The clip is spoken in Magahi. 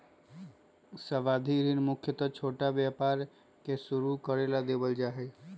सावधि ऋण मुख्यत छोटा व्यापार के शुरू करे ला देवल जा हई